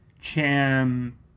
Cham